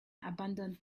abandoned